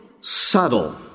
subtle